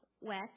wet